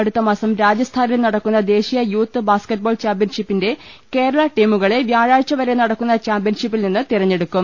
അടുത്തമാസം രാജസ്ഥാനിൽ നട ക്കുന്ന ദേശീയ യൂത്ത് ബാസ്ക്കറ്റ്ബോൾ ചാമ്പ്യൻഷിപ്പിന്റെ കേരള ടീമു ട കളെ വ്യാഴാഴ്ച വരെ നടക്കുന്ന ചാമ്പ്യൻഷിപ്പിൽ നിന്ന് തെരഞ്ഞെടുക്കും